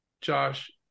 Josh